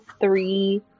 three